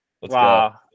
Wow